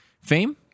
fame